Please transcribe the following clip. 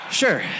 Sure